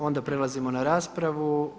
Onda prelazimo na raspravu.